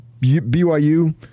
BYU